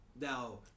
now